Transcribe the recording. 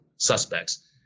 Suspects